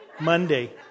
Monday